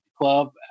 club